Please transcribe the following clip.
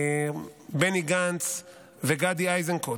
בני גנץ וגדי איזנקוט,